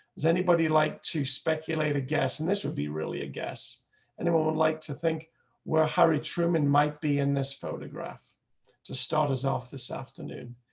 does anybody like to speculate a guest and this would be really a guess anyone would like to think we're harry truman might be in this photograph to start us off this afternoon,